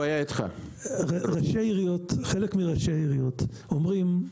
חלק מראשי העיריות אומרים,